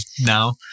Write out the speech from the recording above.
now